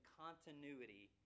continuity